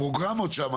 הפרוגרמות שם,